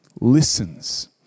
listens